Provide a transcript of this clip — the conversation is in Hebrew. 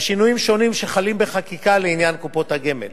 לשינויים שונים שחלים בחקיקה בעניין קופות הגמל.